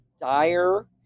dire